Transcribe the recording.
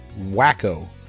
wacko